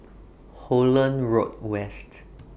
Holland Road West